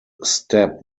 step